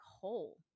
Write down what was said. whole